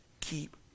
keep